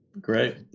great